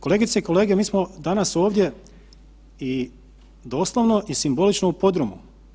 Kolegice i kolege, mi smo danas ovdje i doslovno i simbolično u podrumu.